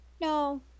No